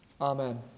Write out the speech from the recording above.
Amen